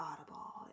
audible